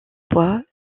poids